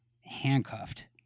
handcuffed